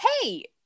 hey